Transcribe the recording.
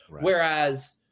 Whereas